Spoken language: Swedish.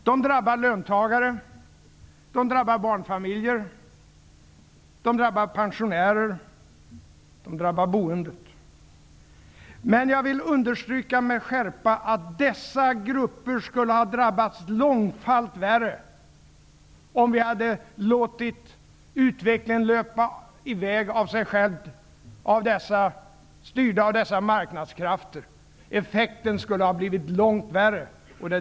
De drabbar löntagare, barnfamiljer, pensionärer och boende. Men jag vill med skärpa understryka att dessa grupper skulle ha drabbats långt värre om vi hade låtit utvecklingen löpa i väg av sig själv, styrd av marknadskrafterna. Effekterna skulle ha blivit långt värre.